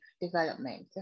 development